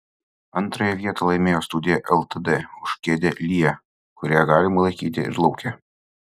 antrąją vietą laimėjo studija ltd už kėdę lya kurią galima laikyti ir lauke